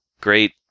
great